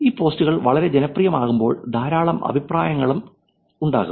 ഈ പോസ്റ്റുകൾ വളരെ ജനപ്രിയമാകുമ്പോൾ ധാരാളം അഭിപ്രായങ്ങളും ഉണ്ടാകും